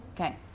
Okay